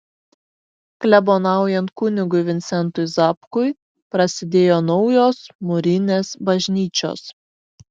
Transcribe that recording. klebonaujant kunigui vincentui zapkui prasidėjo naujos mūrinės bažnyčios